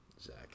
Zach